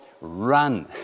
run